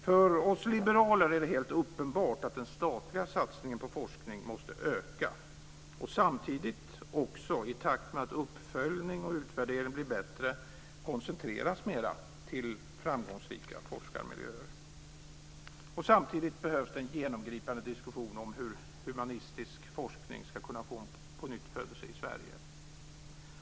För oss liberaler är det helt uppenbart att den statliga satsningen på forskning måste öka och samtidigt, i takt med att uppföljning och utvärdering blir bättre, också koncentreras mera till framgångsrika forskarmiljöer. Samtidigt behövs det en genomgripande diskussion om hur humanistisk forskning ska kunna få en pånyttfödelse i Sverige.